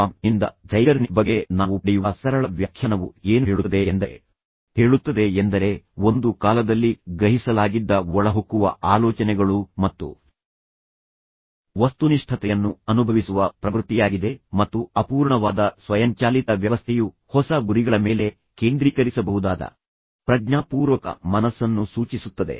com ನಿಂದ Zeigarnik ಬಗ್ಗೆ ನಾವು ಪಡೆಯುವ ಸರಳ ವ್ಯಾಖ್ಯಾನವು ಏನು ಹೇಳುತ್ತದೆ ಎಂದರೆ ಒಂದು ಕಾಲದಲ್ಲಿ ಗ್ರಹಿಸಲಾಗಿದ್ದ ಒಳಹೊಕ್ಕುವ ಆಲೋಚನೆಗಳು ಮತ್ತು ವಸ್ತುನಿಷ್ಠತೆಯನ್ನು ಅನುಭವಿಸುವ ಪ್ರವೃತ್ತಿಯಾಗಿದೆ ಮತ್ತು ಅಪೂರ್ಣವಾದ ಸ್ವಯಂಚಾಲಿತ ವ್ಯವಸ್ಥೆಯು ಹೊಸ ಗುರಿಗಳ ಮೇಲೆ ಕೇಂದ್ರೀಕರಿಸಬಹುದಾದ ಪ್ರಜ್ಞಾಪೂರ್ವಕ ಮನಸ್ಸನ್ನು ಸೂಚಿಸುತ್ತದೆ